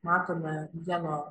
matome vieno